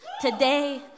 Today